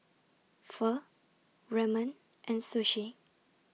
Pho Ramen and Sushi